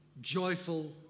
joyful